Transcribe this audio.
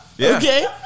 Okay